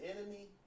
enemy